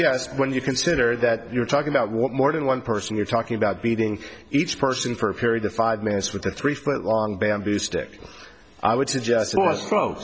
yes when you consider that you're talking about what more than one person you're talking about beating each person for a period of five minutes with a three foot long bamboo stick i would suggest